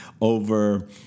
over